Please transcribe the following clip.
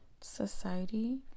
Society